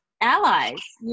allies